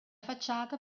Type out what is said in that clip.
facciata